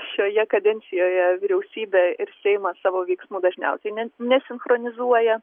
šioje kadencijoje vyriausybė ir seimas savo veiksmų dažniausiai ne nesinchronizuoja